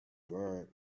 grange